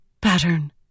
Pattern